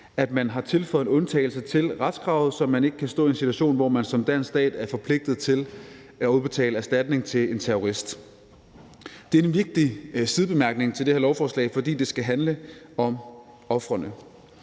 at man har tilføjet en undtagelse til retskravet, så man ikke kan stå i en situation, hvor man som dansk stat er forpligtet til at udbetale erstatning til en terrorist. Det er en vigtig sidebemærkning til det her lovforslag, for det skal handle om ofrene.